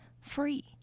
free